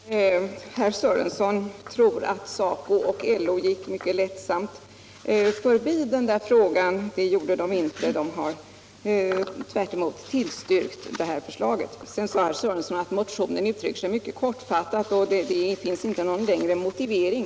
Herr talman! Herr Sörenson tror att SACO och LO gick mycket lättsamt förbi den här frågan. Det gjorde man inte, utan man har klart tillstyrkt det här förslaget. Sedan sade herr Sörenson att motionen är mycket kortfattad och inte innehåller någon motivering.